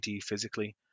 physically